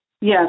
Yes